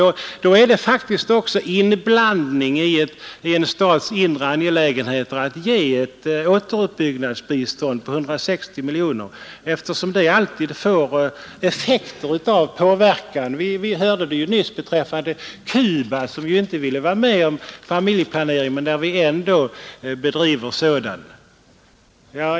Men i så fall är det också inblandning i en stats inre angelägenheter att ge ett återuppbyggnadsbistånd på 160 miljoner, eftersom det alltid får effekter av påverkan. Vi hörde det nyss beträffande Cuba, som inte vill vara med om familjeplanering men där vi ändå bedriver sådan.